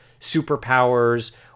superpowers